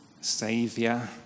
Savior